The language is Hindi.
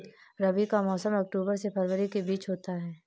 रबी का मौसम अक्टूबर से फरवरी के बीच होता है